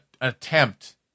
attempt